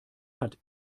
hat